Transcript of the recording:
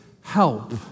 help